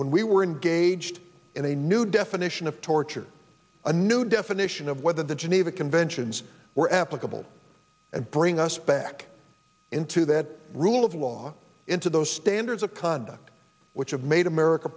when we were engaged in a new definition of torture a new definition of whether the geneva conventions were applicable and bring us back into that rule of law into those standards of conduct which have made america